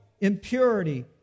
impurity